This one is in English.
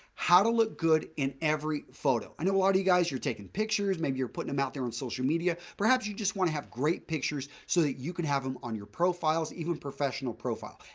how to look good in every photo. i know a lot of you guys, you're taking pictures maybe you're putting them out there in social media, perhaps you just want to have great pictures so that you can have them on your profiles even professional profile,